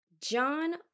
John